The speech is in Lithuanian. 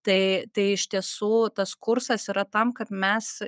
tai tai iš tiesų tas kursas yra tam kad mes